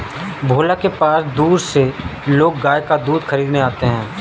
भोला के पास दूर से लोग गाय का दूध खरीदने आते हैं